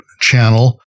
channel